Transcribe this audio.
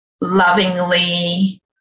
lovingly